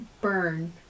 burn